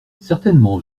certainement